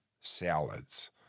salads